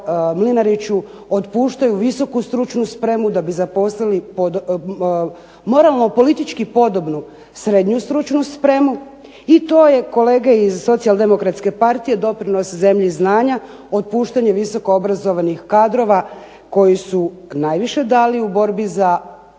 Mlinariću otpuštaju visoku stručnu spremu da bi zaposlili moralno politički podobnu srednju stručnu spremu i to je kolege iz SDP-a doprinos zemlji znanja, otpuštanje visoko obrazovanih kadrova koji su najviše dali u borbi za